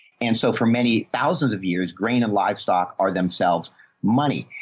and so for many thousands of years, grain and livestock are themselves money.